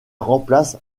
remplace